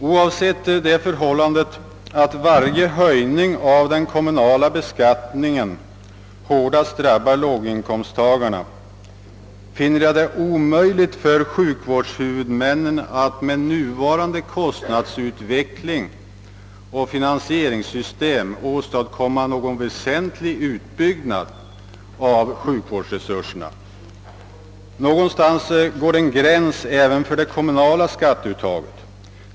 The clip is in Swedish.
Oavsett det förhållandet att varje höjning av den kommunala beskattningen hårdast drabbar låginkomsttagarna, finner jar det omöjligt för sjukvårdshuvudmännen att med nuvarande kostnadsutveckling och finansieringssystem åstadkomma någon väsentlig utbyggnad av sjukvårdsresurserna. Någonstans går en gräns även för det kommunala skatteuttaget.